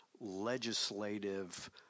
legislative